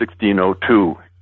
1602